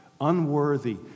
unworthy